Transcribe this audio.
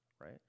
right